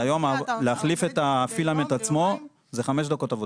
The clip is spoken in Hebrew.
היום להחליף את הפילמנט עצמו זה חמש דקות עבודה.